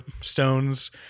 stones